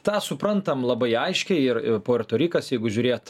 tą suprantam labai aiškiai ir puerto rikas jeigu žiūrėt